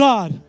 God